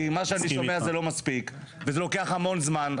כי מה שאני שומע זה לא מספיק, וזה לוקח המון זמן.